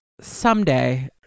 Someday